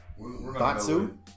Batsu